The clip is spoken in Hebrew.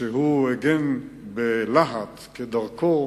שהגן בלהט כדרכו